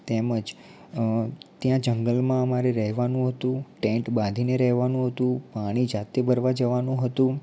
તેમજ ત્યાં જંગલમાં અમારે રહેવાનું હતું ટેન્ટ બાંધીને રહેવાનું હતું પાણી જાતે ભરવા જવાનું હતું